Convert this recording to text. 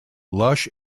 lush